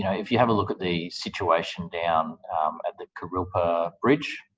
yeah if you have a look at the situation down at the kurilpa bridge,